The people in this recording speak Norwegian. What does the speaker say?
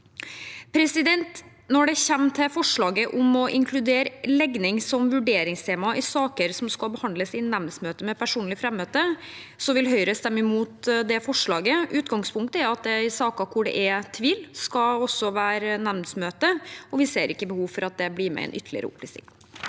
landet. Når det gjelder forslaget om å inkludere legning som vurderingstema i saker som skal behandles i nemndsmøte med personlig frammøte, vil Høyre stemme imot. Utgangspunktet er at i saker hvor det er tvil, skal det også være et nemndsmøte, og vi ser ikke behov for at det blir med en ytterligere opplysning.